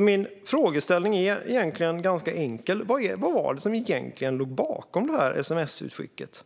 Min frågeställning är ganska enkel: Vad var det egentligen som låg bakom sms-utskicket?